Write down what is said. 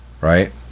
right